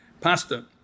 pasta